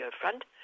Front